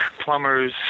plumbers